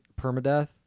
permadeath